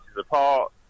apart